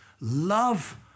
love